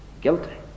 guilty